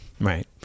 Right